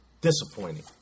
Disappointing